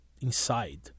inside